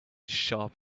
sharp